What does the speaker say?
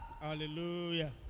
Hallelujah